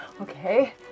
Okay